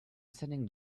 sending